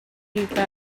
hika